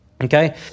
okay